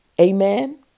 Amen